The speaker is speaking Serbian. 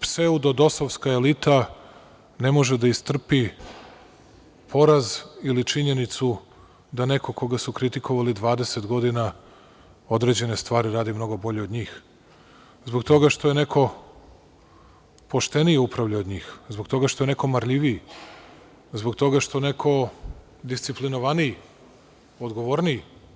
pseudodosovska elita ne može da istrpi poraz ili činjenicu da neko koga su kritikovali 20 godina određene stvari radi mnogo bolje od njih, zbog toga što je neko poštenije upravljao od njih, zbog toga što je neko marljiviji, zbog toga što je neko disciplinovaniji, odgovorniji?